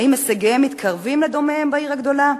האם הישגיהם מתקרבים לשל דומיהם בעיר הגדולה?